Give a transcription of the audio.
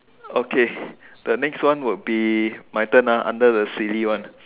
okay the next one will be my turn ah under the silly one